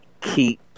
keep